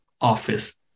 office